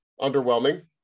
underwhelming